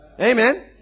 amen